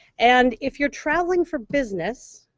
and if you're traveling for business,